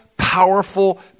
Powerful